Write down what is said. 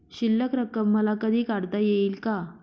शिल्लक रक्कम मला कधी काढता येईल का?